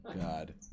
God